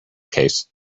case